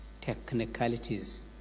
technicalities